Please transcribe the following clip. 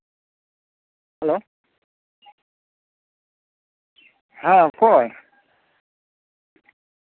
hello ᱦᱮᱸ ᱚᱠᱚᱭ